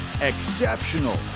Exceptional